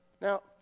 Now